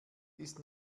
ist